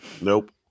Nope